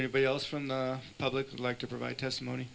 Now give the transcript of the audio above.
everybody else from the public would like to provide testimony